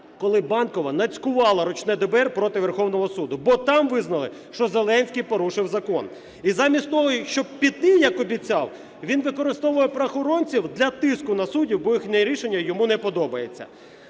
коли Банкова нацькувала "ручне" ДБР проти Верховного Суду, бо там визнали, що Зеленський порушив закон. І замість того, щоб піти, як обіцяв, він використовує правоохоронців для тиску на суддів, бо їхнє рішення йому не подобається.